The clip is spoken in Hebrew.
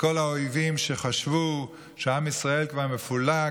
לכל האויבים שחשבו שעם ישראל כבר מפולג,